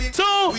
two